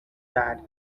that